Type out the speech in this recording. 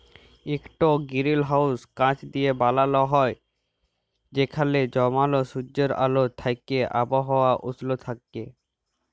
ইকট গিরিলহাউস কাঁচ দিঁয়ে বালাল হ্যয় যেখালে জমাল সুজ্জের আল থ্যাইকে আবহাওয়া উস্ল থ্যাইকে